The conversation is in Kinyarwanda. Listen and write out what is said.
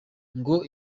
ngo